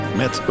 met